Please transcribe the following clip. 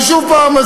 אני שוב מזכיר,